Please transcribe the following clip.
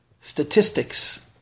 statistics